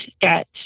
get